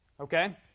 Okay